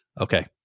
okay